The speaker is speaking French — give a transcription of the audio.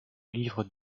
livre